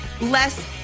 less